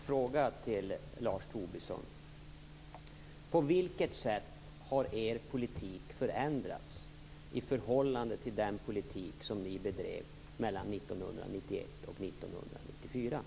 Fru talman! Jag har en kort fråga till Lars Tobisson: På vilket sätt har er politik förändrats i förhållande till den politik som ni bedrev mellan 1991 och